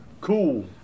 Cool